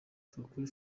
kakule